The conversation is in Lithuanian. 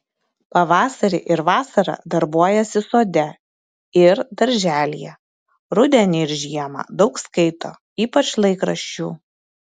pavasarį ir vasarą darbuojasi sode ir darželyje rudenį ir žiemą daug skaito ypač laikraščių